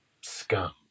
scum